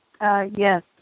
Yes